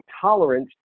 tolerance